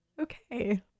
Okay